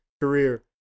career